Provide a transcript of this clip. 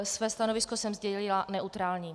Své stanovisko jsem sdělila: neutrální.